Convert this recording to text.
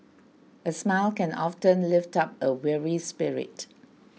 a smile can often lift up a weary spirit